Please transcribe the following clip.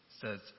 says